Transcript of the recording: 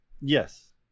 Yes